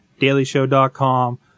DailyShow.com